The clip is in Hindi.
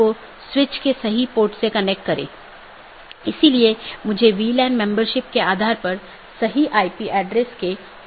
जैसा कि हमने पाथ वेक्टर प्रोटोकॉल में चर्चा की है कि चार पथ विशेषता श्रेणियां हैं